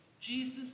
Jesus